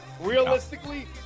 Realistically